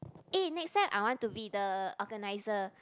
eh next time I want to be the organiser